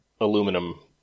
Aluminum